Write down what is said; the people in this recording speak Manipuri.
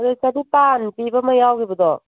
ꯍꯧꯖꯤꯛ ꯆꯅꯤꯄꯥꯟ ꯄꯤꯕ ꯑꯃ ꯌꯥꯎꯒꯤꯕꯗꯣ